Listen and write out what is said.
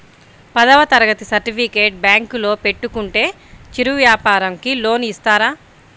పదవ తరగతి సర్టిఫికేట్ బ్యాంకులో పెట్టుకుంటే చిరు వ్యాపారంకి లోన్ ఇస్తారా?